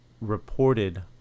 reported